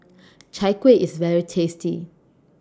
Chai Kuih IS very tasty